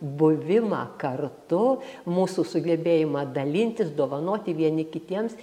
buvimą kartu mūsų sugebėjimą dalintis dovanoti vieni kitiems